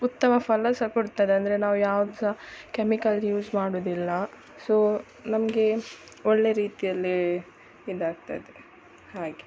ಉತ್ತಮ ಫಲ ಸಹ ಕೊಡ್ತದೆ ಅಂದರೆ ನಾವು ಯಾವುದು ಸಹ ಕೆಮಿಕಲ್ಸ್ ಯೂಸ್ ಮಾಡೋದಿಲ್ಲ ಸೊ ನಮಗೆ ಒಳ್ಳೆ ರೀತಿಯಲ್ಲಿ ಇದಾಗ್ತದೆ ಹಾಗೆ